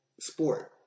sport